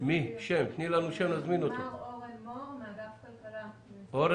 מר אורן מור מאגף כלכלה במשרד